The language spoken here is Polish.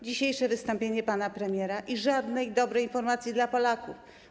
Dzisiejsze wystąpienie pana premiera i żadnej dobrej informacji dla Polaków.